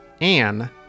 Anne